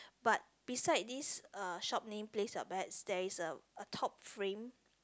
but beside this uh shop named place your bets there is a a top frame